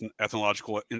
ethnological